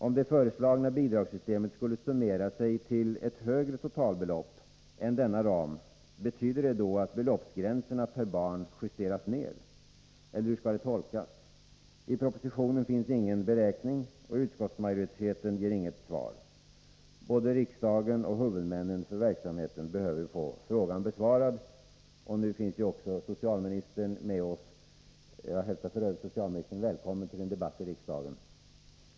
Om det föreslagna bidragssystemet skulle summera sig till ett högre totalbelopp än denna ram, betyder det då att beloppsbegränserna per barn justeras ner? Eller hur skall det tolkas? I propositionen finns ingen beräkning, och utskottsmajoriteten ger inget svar. Både riksdagen och huvudmännen för verksamheten behöver få frågan besvarad. Nu finns också socialministern hos oss. Jag hälsar honom välkommen till en debatt i riksdagen.